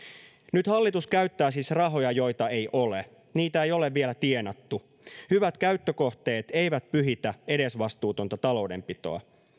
nyt hallitus käyttää siis rahoja joita ei ole niitä ei ole vielä tienattu hyvät käyttökohteet eivät pyhitä edesvastuutonta taloudenpitoa